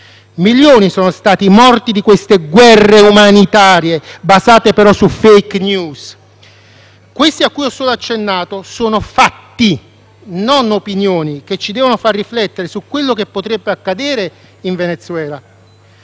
Milioni sono stati i morti di queste guerre umanitarie, basate però su *fake news*. Questi a cui ho solo accennato sono fatti, non opinioni che ci devono far riflettere su quello che potrebbe accadere in Venezuela.